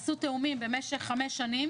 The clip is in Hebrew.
עשו תיאומים במשך חמש שנים